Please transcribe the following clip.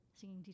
Singing